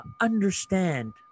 understand